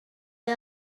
mae